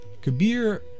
Kabir